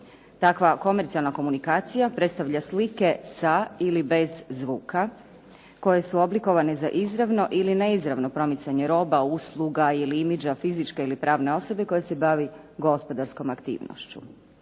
Takva komercijalna komunikacija predstavlja slike sa ili bez zvuka, koje su oblikovane za izravno ili neizravno promicanje roba, usluga ili imidža fizičke ili pravne osobe koja se bavi gospodarskom aktivnošću.